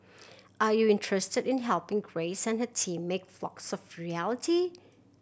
are you interested in helping Grace and her team make Flocks a reality